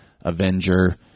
avenger